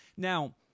Now